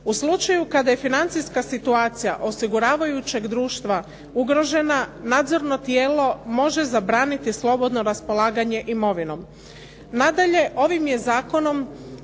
U slučaju kada je financijska situacija osiguravajućeg društva ugrožena, nadzorno tijelo može zabraniti slobodno raspolaganje imovinom.